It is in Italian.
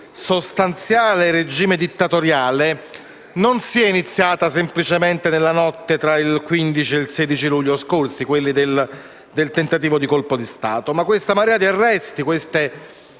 sostanziale regime dittatoriale non siano iniziate semplicemente nella notte tra il 15 e il 16 luglio scorsi, quella del tentativo di colpo di Stato: la marea di arresti, le